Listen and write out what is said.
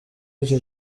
icyo